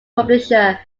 publisher